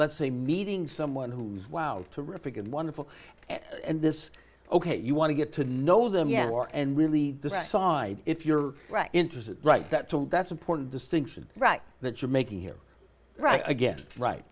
let's say meeting someone who's wild to rick and wonderful and this ok you want to get to know them and more and really decide if you're interested right that's all that's important distinction right that you're making here right again right